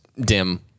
dim